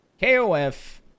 KOF